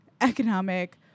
economic